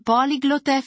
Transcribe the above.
Polyglot